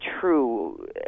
true